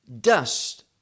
dust